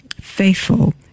faithful